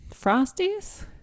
Frosties